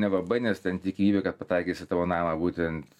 nelabai nes ten tikimybė kad pataikys į tavo namą būtent